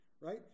right